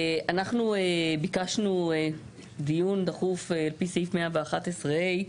אנחנו ביקשנו לקיים דיון דחוף על פי סעיף 111 (ה).